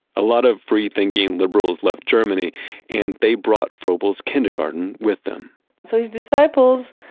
a lot of free-thinking liberals left germany and they brought froebel's kindergarten with them so his disciples,